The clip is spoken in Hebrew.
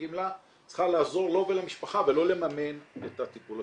הגמלה צריכה לעזור לו ולמשפחה ולא לממן את הטיפול.